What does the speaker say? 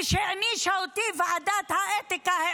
כשהענישה אותי ועדת האתיקה,